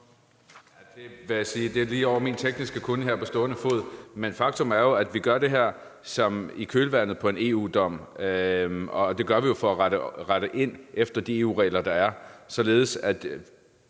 sige er lige over min tekniske kunnen her på stående fod, men faktum er jo, at vi gør det her i kølvandet på en EU-dom, og det gør vi jo for at rette ind efter de EU-regler, der er, således at